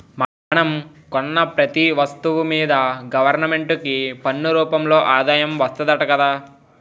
మనం కొన్న పెతీ ఒస్తువు మీదా గవరమెంటుకి పన్ను రూపంలో ఆదాయం వస్తాదట గదా